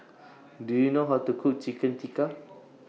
Do YOU know How to Cook Chicken Tikka